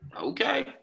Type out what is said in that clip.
Okay